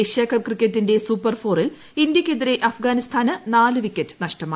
Asia Cup ക്രിക്കറ്റിന്റെ super ഫോറിൽ ഇന്ത്യയ്ക്കെതിരെ അഫ്ഗാനിസ്ഥാന് നാല് വിക്കറ്റ് നഷ്ടമായി